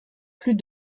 plus